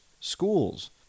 schools